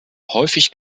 häufig